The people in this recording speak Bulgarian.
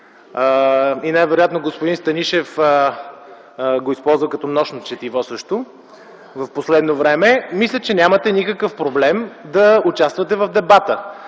и най-вероятно господин Станишев го използва като нощно четиво също в последно време, мисля, че нямате никакъв проблем да участвате в дебата.